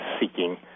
seeking